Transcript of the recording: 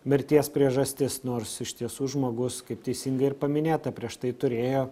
mirties priežastis nors iš tiesų žmogus kaip teisingai ir paminėta prieš tai turėjo